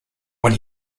when